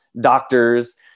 doctors